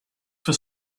for